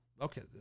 okay